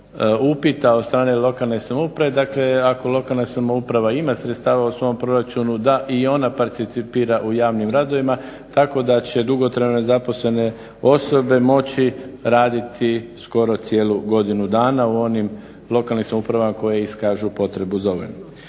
upita od strane lokalne samouprave, dakle ako lokalna samouprava ima sredstava u svom proračunu da i ona participira u javnim radovima. Tako da će dugotrajno nezaposlene osobe moći raditi skoro cijelu godinu dana u onim lokalnim samoupravama koje iskažu potrebu za